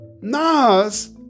Nas